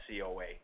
COA